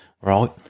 Right